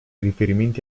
riferimenti